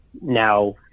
now